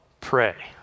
pray